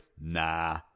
Nah